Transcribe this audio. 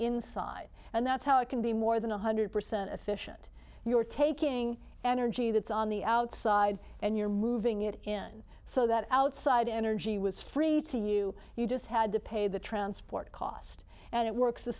inside and that's how it can be more than one hundred percent efficient you're taking energy that's on the outside and you're moving it in so that outside energy was free to you you just had to pay the transport cost and it works the